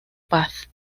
paz